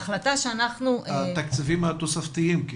התקציבים התוספתיים?